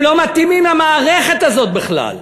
הם לא מתאימים למערכת הזאת בכלל.